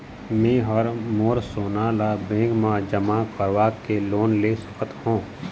मैं हर मोर सोना ला बैंक म जमा करवाके लोन ले सकत हो?